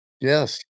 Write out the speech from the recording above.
Yes